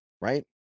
Right